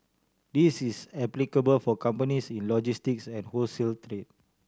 this is applicable for companies in logistics and wholesale trade